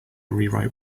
rewrite